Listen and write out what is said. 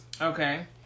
Okay